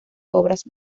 obras